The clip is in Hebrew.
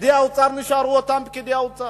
פקידי האוצר נשארו אותם פקידי האוצר.